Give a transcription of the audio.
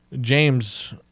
James